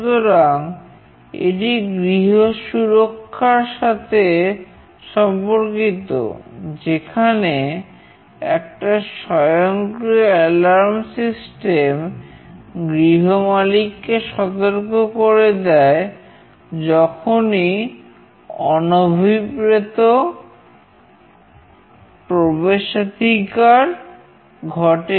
সুতরাং এটি গৃহ সুরক্ষার সাথে সম্পর্কিত যেখানে একটা স্বয়ংক্রিয় এলার্ম সিস্টেম গৃহ মালিক কে সতর্ক করে দেয় যখনই অনভিপ্রেত প্রবেশাধিকার ঘটে